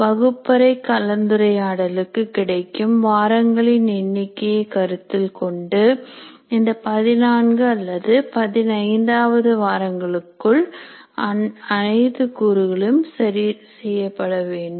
வகுப்பறை கலந்துரையாடலுக்கு கிடைக்கும் வாரங்களின் எண்ணிக்கையை கருத்தில் கொண்டு இந்த பதினான்கு அல்லது பதினைந்தாவது வாரங்களுக்குள் அனைத்து கூறுகளும் சரிசெய்யப்பட வேண்டும்